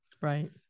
Right